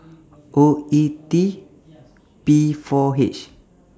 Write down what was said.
O E T P four H